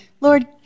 Lord